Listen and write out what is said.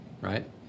right